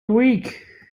week